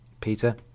Peter